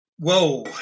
whoa